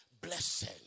Blessing